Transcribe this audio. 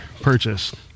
purchased